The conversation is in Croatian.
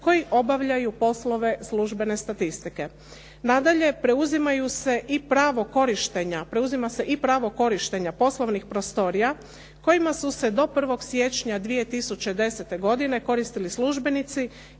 koji obavljaju poslove službene statistike. Nadalje, preuzima se i pravo korištenja poslovnih prostorija kojima su se do 1. siječnja 2010. godine koristili službenici